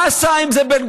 מה עשה עם זה בן-גוריון?